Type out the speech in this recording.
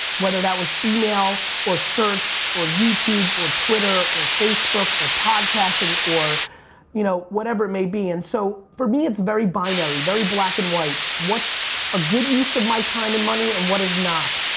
whether that was email or search or youtube or twitter or facebook or podcasting or you know whatever it may be. and so, for me it's very binary very black and white. what's a good use of my time and money and what is not.